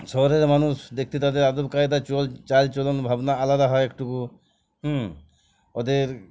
শহরের মানুষ দেখতে তাদের আদব কায়দা চল চালচলন ভাবনা আলাদা হয় একটুকু হুম ওদের